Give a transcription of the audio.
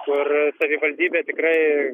kur savivaldybė tikrai